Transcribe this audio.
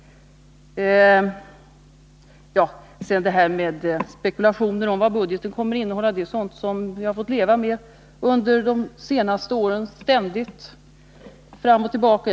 Beträffande spekulationerna om vad budgeten kommer att innehålla vill jag säga att det är sådant som vi ständigt har fått leva med under de senaste åren.